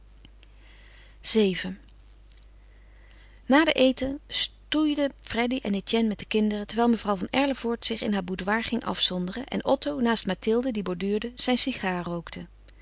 vii na den eten stoeiden freddy en etienne met de kinderen terwijl mevrouw van erlevoort zich in haar boudoir ging afzonderen en otto naast mathilde die borduurde zijn sigaar rookte